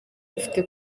ufite